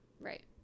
right